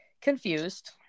confused